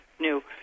new